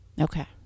Okay